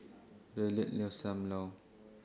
Violet loves SAM Lau